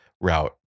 route